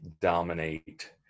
dominate